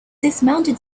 dismounted